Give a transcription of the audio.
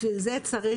בשביל זה צריך,